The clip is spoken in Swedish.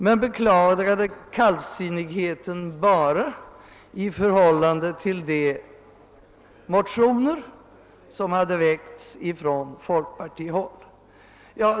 Han beklagade dock kallsinnigheten bara då det gällde de motioner som väckts från folkpartihåll.